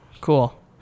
Cool